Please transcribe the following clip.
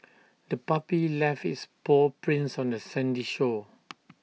the puppy left its paw prints on the sandy shore